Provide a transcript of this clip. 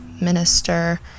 minister